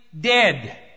dead